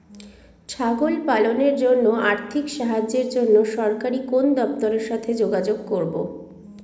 ছাগল পালনের জন্য আর্থিক সাহায্যের জন্য সরকারি কোন দপ্তরের সাথে যোগাযোগ করব?